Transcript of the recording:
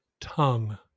tongue